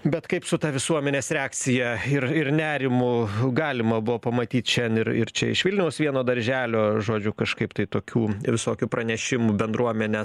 bet kaip su ta visuomenės reakcija ir ir nerimu galima buvo pamatyt šiandien ir ir čia iš vilniaus vieno darželio žodžiu kažkaip tai tokių visokių pranešimų bendruomenės